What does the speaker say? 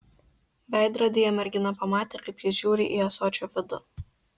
veidrodyje mergina pamatė kaip jis žiūri į ąsočio vidų